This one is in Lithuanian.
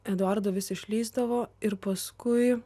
eduardo vis išlįsdavo ir paskui